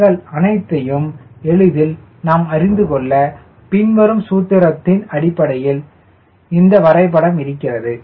இவைகள் அனைத்தையும் எளிதில் நாம் அறிந்து கொள்ள பின்வரும் சூத்திரத்தின் அடிப்படையில் இந்த வரைபடம் இருக்கிறது